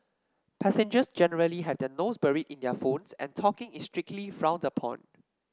passengers generally have their nose buried in their phones and talking is strictly frowned upon